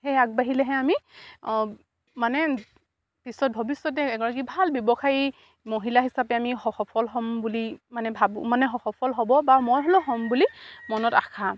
সেই আগবাঢ়িলেহে আমি মানে পিছত ভৱিষ্যতে এগৰাকী ভাল ব্যৱসায়ী মহিলা হিচাপে আমি সফল হ'ম বুলি মানে ভাবোঁ মানে সফল হ'ব বা মই হ'লেও হ'ম বুলি মনত আশা